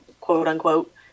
quote-unquote